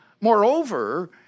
Moreover